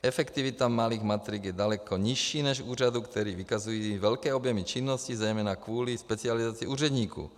Efektivita malých matrik je daleko nižší než úřadů, které vykazují velké objemy činnosti, zejména kvůli specializaci úředníků.